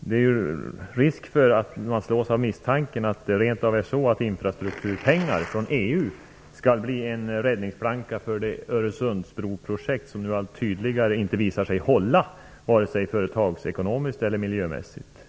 Man kan ju slås av misstanken att det rent av är så att infrastrukturpengar från EU skall bli en räddningsplanka för det Öresundsbroprojekt som nu - det blir ju allt tydligare - inte visar sig hålla vare sig företagsekonomiskt eller miljömässigt.